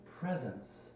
presence